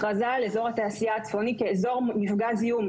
הכרזה על אזור התעשייה הצפוני כאזור מפגע זיהום.